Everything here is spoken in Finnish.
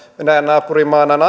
venäjän naapurimaana on